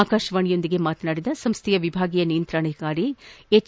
ಆಕಾಶವಾಣಿಯೊಂದಿಗೆ ಮಾತನಾಡಿದ ಸಂಸ್ವೆಯ ವಿಭಾಗೀಯ ನಿಯಂತ್ರಣಾಧಿಕಾರಿ ಎಚ್